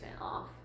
off